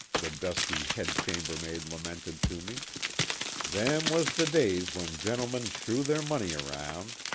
the dusky head-chambermaid lamented to me them was the days when gentlemen threw their money around.